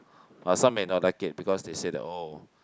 but some may not like it because they say that oh